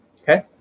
Okay